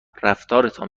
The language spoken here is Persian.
رفتارتان